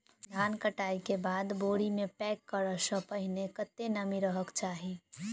धान कटाई केँ बाद बोरी मे पैक करऽ सँ पहिने कत्ते नमी रहक चाहि?